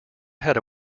had